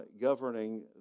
governing